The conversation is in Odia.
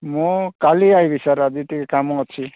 ମୁଁ କାଲି ଆସିବି ସାର୍ ଆଜି ଟିକିଏ କାମ ଅଛି